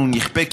אנחנו נכפה,